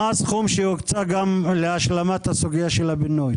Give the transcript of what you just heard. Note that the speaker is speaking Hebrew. מה הסכום שהוקצה גם להשלמת סוגית הבינוי?